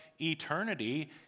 eternity